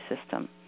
system